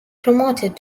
promoted